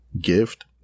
gift